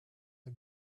the